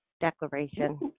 declaration